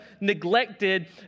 neglected